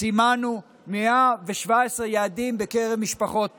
סימנו 117 יעדים בקרב משפחות פשע,